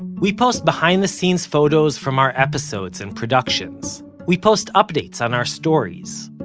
we post behind the scenes photos from our episodes and productions, we post updates on our stories,